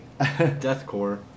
deathcore